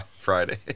Friday